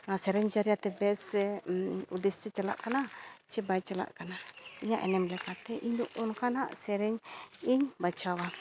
ᱚᱱᱟ ᱥᱮᱨᱮᱧ ᱪᱟᱨᱭᱟᱛᱮ ᱵᱮᱥ ᱩᱫᱫᱮᱥᱥᱚ ᱪᱟᱞᱟᱜ ᱠᱟᱱᱟ ᱥᱮ ᱵᱟᱭ ᱪᱟᱞᱟᱜ ᱠᱟᱱᱟ ᱤᱧᱟᱹᱜ ᱮᱱᱮᱢ ᱞᱮᱠᱟᱛᱮ ᱤᱧ ᱫᱚ ᱚᱱᱠᱟᱱᱟᱜ ᱥᱮᱨᱮᱧ ᱤᱧ ᱵᱟᱪᱷᱟᱣᱟ